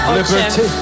liberty